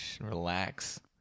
Relax